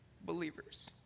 believers